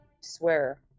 swear